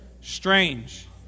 strange